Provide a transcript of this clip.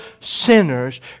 sinners